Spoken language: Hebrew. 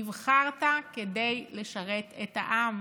נבחרת כדי לשרת את העם